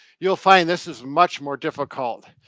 you'll find this is much more difficult.